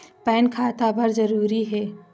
Pan खाता बर जरूरी हे?